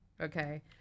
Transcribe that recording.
okay